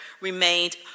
remained